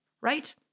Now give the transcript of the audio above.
Right